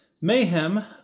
mayhem